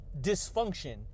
dysfunction